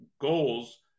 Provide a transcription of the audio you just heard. goals